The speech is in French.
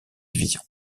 division